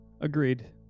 Agreed